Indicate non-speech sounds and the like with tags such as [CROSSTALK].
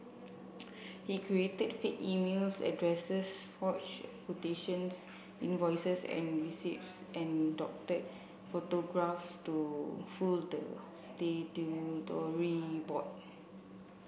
he created fake emails addresses forged quotations invoices and receipts and doctored photographs to fool the [UNINTELLIGIBLE] board